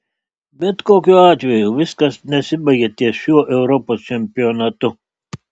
bet kokiu atveju viskas nesibaigia ties šiuo europos čempionatu